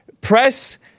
press